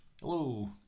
Hello